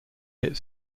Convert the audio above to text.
hit